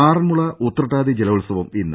ആറൻമുള ഉത്രട്ടാതി ജലോത്സവം ഇന്ന്